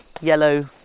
yellow